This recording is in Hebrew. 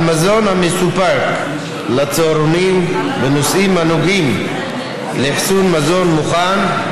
על מזון המסופק לצהרונים בנושאים הנוגעים לאחסון מזון מוכן,